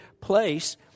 place